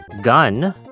gun